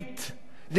אני כמחוקק